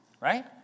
right